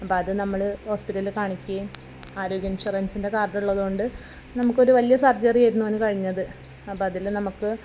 അപ്പോൾ അത് നമ്മൾ ഹോസ്പിറ്റലിൽ കാണിക്കുകയും ആരോഗ്യ ഇൻഷുറൻസിൻ്റെ കാർഡുള്ളത് കൊണ്ട് നമുക്കൊരു വലിയ സർജറി ആയിരുന്നു അവന് കഴിഞ്ഞത് അപ്പോൾ അതിൽ നമുക്ക്